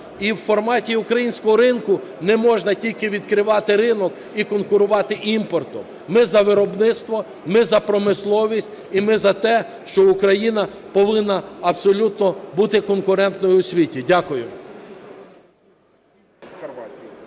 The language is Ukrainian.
І в форматі українського ринку не можна тільки відкривати ринок і конкурувати імпортом. Ми за виробництво, ми за промисловість і ми за те, що Україна повинна бути абсолютно конкурентною в світі. Дякую.